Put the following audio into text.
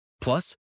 Plus